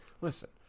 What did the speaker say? listen